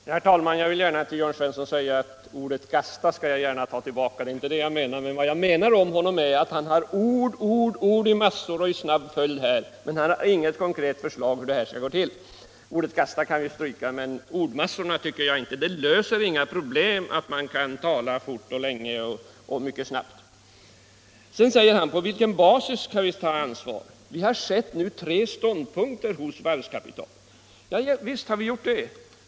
Herr talman! Först vill jag säga till Jörn Svensson att jag gärna tar tillbaka ordet ”gastar”. Det var faktiskt inte det jag menade. Vad jag menade var att herr Svensson i Malmö levererar ord, ord i massor och snabb följd men inget konkret förslag till lösning. Ordet ”gasta” kan vi som sagt stryka men vad jag nu sagt om ordmassor får stå kvar. Det löser inga problem att man kan tala länge och mycket snabbt. På vilken basis skall staten ta ansvar? frågar herr Svensson. Vi har nu observerat tre olika ståndpunkter hos varvskapitalet. — Ja, visst har vi gjort det.